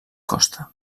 costa